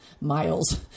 miles